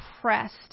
pressed